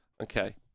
okay